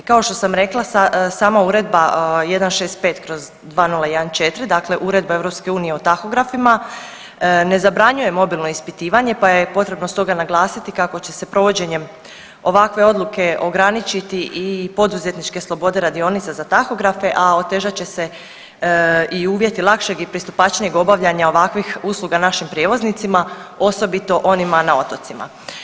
Kao što sam rekla sama Uredba 165/2014 dakle Uredba EU o tahografima ne zabranjuje mobilno ispitivanje pa je potrebno stoga naglasiti kako će se provođenjem ovakve odluke ograničiti i poduzetničke slobode radionica za tahografe, a otežat će se i uvjeti lakšeg i pristupačnijeg obavljanja ovakvih usluga našim prijevoznicima, osobito onima na otocima.